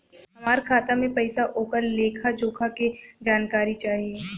हमार खाता में पैसा ओकर लेखा जोखा के जानकारी चाही?